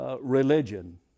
religion